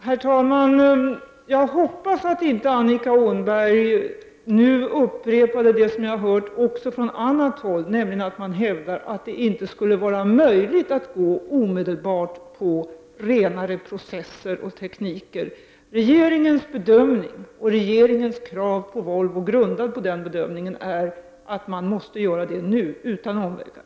Herr talman! Jag hoppas att Annika Åhnberg nu inte upprepade det som jag har hört från annat håll, nämligen att man hävdar att det inte skulle vara möjligt att omedelbart övergå till renare processer och tekniker. Regeringens krav på Volvo, grundat på denna bedömning, är att man måste göra detta nu utan omvägar.